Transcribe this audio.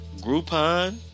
Groupon